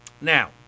Now